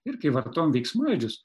ir kai vartojam veiksmažodžius